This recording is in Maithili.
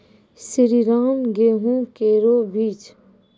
श्रीराम गेहूँ केरो बीज?